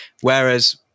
Whereas